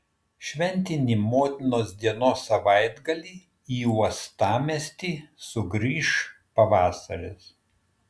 šventinį motinos dienos savaitgalį į uostamiestį sugrįš pavasaris